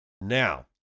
Now